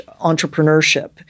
entrepreneurship